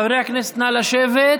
חברי הכנסת, נא לשבת.